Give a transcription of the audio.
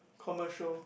commercial